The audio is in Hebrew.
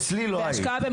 אצלי לא היית.